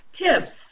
tips